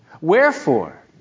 wherefore